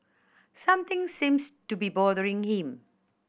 something seems to be bothering him